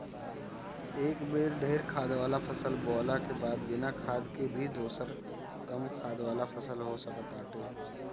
एक बेर ढेर खाद वाला फसल बोअला के बाद बिना खाद के भी दोसर कम खाद वाला फसल हो सकताटे